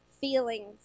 feelings